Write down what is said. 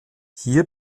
hier